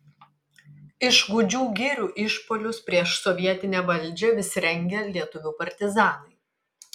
iš gūdžių girių išpuolius prieš sovietinę valdžią vis rengė lietuvių partizanai